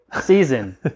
season